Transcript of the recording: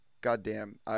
goddamn